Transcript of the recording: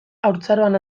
haurtzaroan